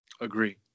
Agree